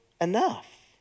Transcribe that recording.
enough